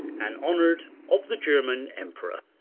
and honour'd of the german emperor.